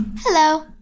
Hello